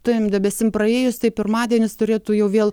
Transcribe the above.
tiem debesim praėjus tai pirmadienis turėtų jau vėl